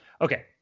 okay